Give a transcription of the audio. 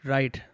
Right